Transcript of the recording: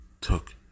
took